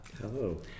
Hello